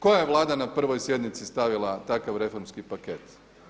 Koja je Vlada na prvoj sjednici stavila takav reformski paket.